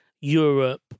Europe